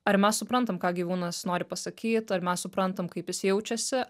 ar mes suprantam ką gyvūnas nori pasakyt ar mes suprantam kaip jis jaučiasi